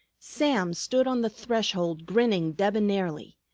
sam stood on the threshold grinning debonairly,